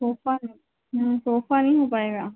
sofa sofa नहीं हो पाएगा